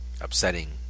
upsetting